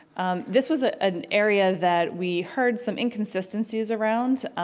this was ah an area that we heard some inconsistencies around,